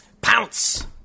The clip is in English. pounce